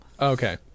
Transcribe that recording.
okay